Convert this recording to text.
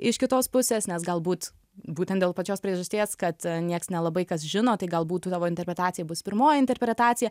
iš kitos pusės nes galbūt būtent dėl pačios priežasties kad nieks nelabai kas žino tai galbūt tu tavo interpretacija bus pirmoji interpretacija